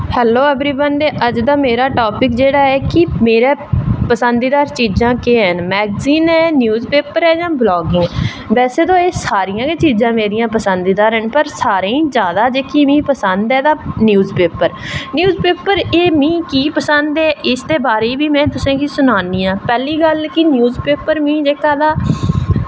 hello everyone ते अज्ज दा मेरा टॉपिक ऐ जे मेरी पसंदीदा चीजां केह् न मैग्जीन ऐ न्यूज पेपर न जां ब्लागिंग ऐ बैसे ते एह् सारियां गै चीजां मेरियां पसंद दियां न पर सारे तो जेह्की मिगी पसंद ऐ तां न्यूज पेपर न्यूज पेपर की पसंद ऐ एह्दे बारे च बी में तुसेंगी सनानी आं पैह्ली गल्ल न्यूज पेपर मिगी तां